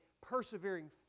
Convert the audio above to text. persevering